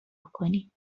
کنید